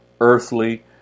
earthly